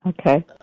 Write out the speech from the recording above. okay